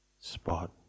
spot